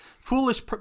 foolish